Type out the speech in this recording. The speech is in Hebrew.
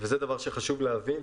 וזה דבר שחשוב להבין,